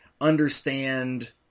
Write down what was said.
understand